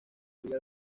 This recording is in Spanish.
vida